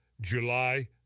July